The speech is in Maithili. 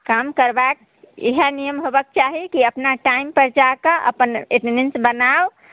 काम करबाक इएह नियम हेबाक चाही कि अपना टाइमपर जाके अपन एटेन्डेन्स बनाउ